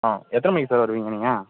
ஆ எத்தனை மணிக்கு சார் வருவீங்க நீங்கள்